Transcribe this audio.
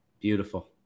Beautiful